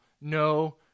No